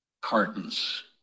cartons